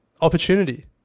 Opportunity